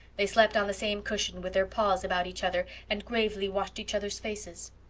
they slept on the same cushion with their paws about each other, and gravely washed each other's faces.